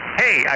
hey